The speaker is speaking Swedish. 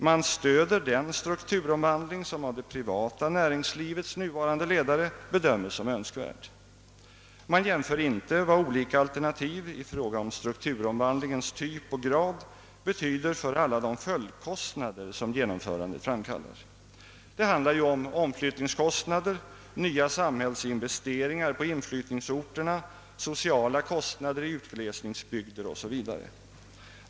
Man stöder den strukturomvandling som av det privata näringslivets nuvarande ledare bedömes som önskvärd. Man jämför inte vad olika alternativ i fråga om strukturomvandlingens typ och grad betyder för de följdkostnader som genomförandet framkallar. Det handlar om omflyttningskostnader, nya samhällsinvesteringar på inflyttningsorterna, sociala kostnader i utglesningsbygder o. s. Vv.